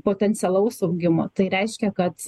potencialaus augimo tai reiškia kad